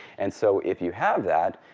and so if you have that,